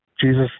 Jesus